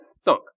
stunk